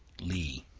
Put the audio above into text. lea